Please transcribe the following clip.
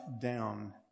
down